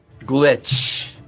glitch